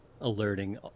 alerting